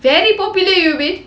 very popular